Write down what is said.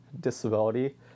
disability